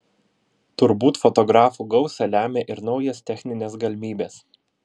turbūt fotografų gausą lemia ir naujos techninės galimybės